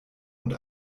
und